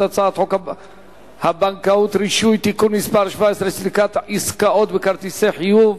הצעת חוק הבנקאות (רישוי) (תיקון מס' 17) (סליקת עסקאות בכרטיסי חיוב),